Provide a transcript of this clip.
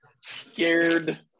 scared